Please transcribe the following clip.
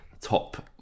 top